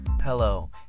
Hello